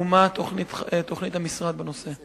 2. מה היא תוכנית המשרד בנושא?